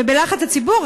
ובלחץ הציבור,